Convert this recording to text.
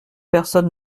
personne